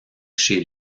chez